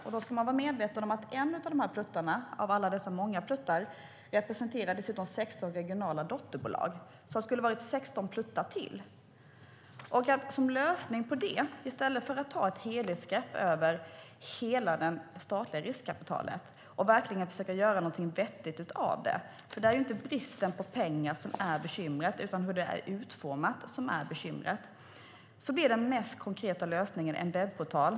Man ska vara medveten om att en av alla dessa pluttar dessutom representerar 16 regionala dotterbolag. Varje plutt skulle alltså ha varit 16 pluttar. I stället för att ta ett helhetsgrepp över hela det statliga riskkapitalet och verkligen försöka göra någonting vettigt av det - för det är inte bristen på pengar som är bekymret, utan det sätt som det är utformat på - blir den mest konkreta lösningen en webbportal.